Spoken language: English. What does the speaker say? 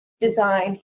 design